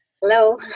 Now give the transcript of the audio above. Hello